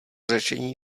řešení